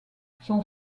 son